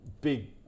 Big